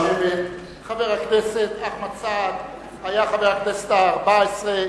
חבר הכנסת אחמד סעד היה חבר הכנסת הארבע-עשרה.